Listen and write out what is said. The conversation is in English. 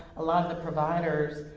a lot of the providers,